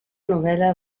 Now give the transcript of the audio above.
novel·la